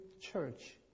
Church